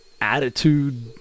Attitude